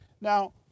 Now